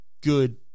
good